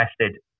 tested